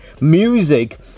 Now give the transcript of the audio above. music